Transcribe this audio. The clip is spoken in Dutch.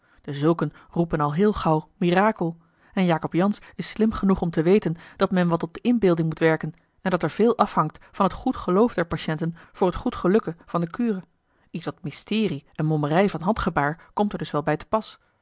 dezulken roepen al heel gauw mirakel en jacob jansz is slim genoeg om te weten dat men wat op de inbeelding moet werken en dat er veel afhangt van t goed geloof der patiënten voor t goed gelukken van de cure ietwat mysterie en mommerij van handgebaar komt er dus wel bij te pas